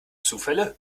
zufälle